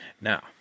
Now